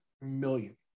million